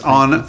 on